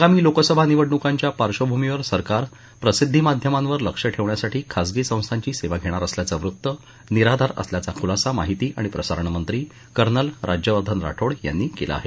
आगामी लोकसभा निवडणुकांच्या पार्श्वभूमीवर सरकार प्रसिद्धीमाध्यमावर लक्ष ठेवण्यासाठी खाजगी संस्थांची सेवा घेणार असल्याचं वृत्त निराधार असल्याचा खुलासा माहिती आणि प्रसारण मंत्री कर्नल राज्यवर्धन राठोड यांनी केला आहे